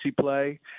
play